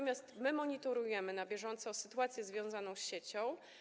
Monitorujemy na bieżąco sytuację związaną z siecią.